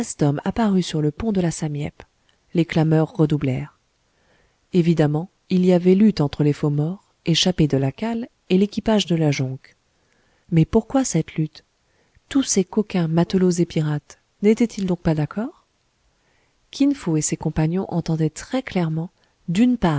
apparut sur le pont de la sam yep les clameurs redoublèrent évidemment il y avait lutte entre les faux morts échappés de la cale et l'équipage de la jonque mais pourquoi cette lutte tous ces coquins matelots et pirates n'étaient-ils donc pas d'accord kin fo et ses compagnons entendaient très clairement d'une